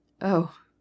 Oh